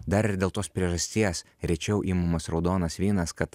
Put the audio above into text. dar ir dėl tos priežasties rečiau imamas raudonas vynas kad